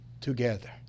together